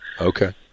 Okay